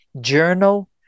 journal